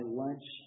lunch